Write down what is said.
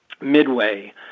midway